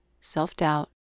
self-doubt